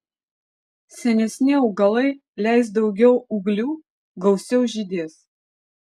senesni augalai leis daugiau ūglių gausiau žydės